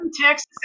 Texas